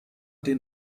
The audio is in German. den